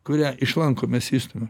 kurią iš lanko mes išstumiam